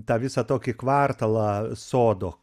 tą visą tokį kvartalą sodo